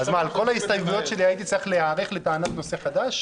אז על כל ההסתייגויות שלי הייתי צריך להיערך לטענת נושא חדש?